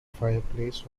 fireplace